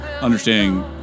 Understanding